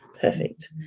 perfect